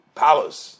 palace